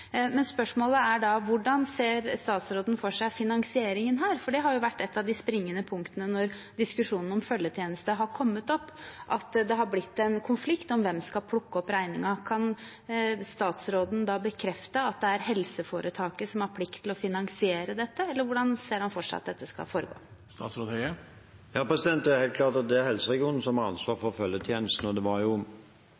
Spørsmålet er da: Hvordan ser statsråden for seg finansieringen her? Det har jo vært et av de springende punktene når diskusjonen om følgetjeneste har kommet opp, at det har blitt en konflikt om hvem som skal plukke opp regningen. Kan statsråden bekrefte at det er helseforetaket som har plikt til å finansiere dette, eller hvordan ser han for seg at dette skal foregå? Det er helt klart at det er helseregionen som har